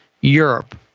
europe